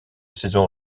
saison